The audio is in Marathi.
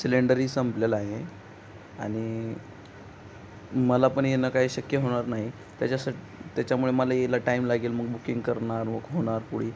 सिलेंडरही संपलेला आहे आणि मला पण येणं काय शक्य होणार नाही त्याच्यासाठी त्याच्यामुळे मला यायला टाईम लागेल मग बुकिंग करणार मग होणार पोळी